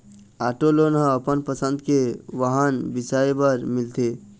auto loan ह अपन पसंद के वाहन बिसाए बर मिलथे